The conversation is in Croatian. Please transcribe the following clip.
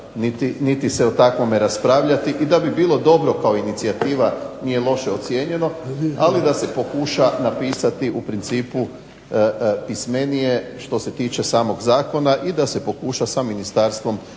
niti se o takvome raspravljati. I da bi bilo dobro kao inicijativa nije loše ocijenjeno, ali da se pokuša napisati u principu pismenije što se tiče samog zakona i da se pokuša sa ministarstvom